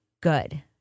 good